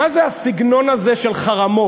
מה זה הסגנון הזה של חרמות?